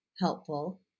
helpful